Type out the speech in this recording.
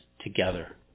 together